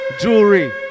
jewelry